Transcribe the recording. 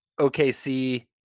OKC